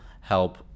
help